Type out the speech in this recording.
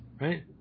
right